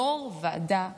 יו"ר ועדה קרואה.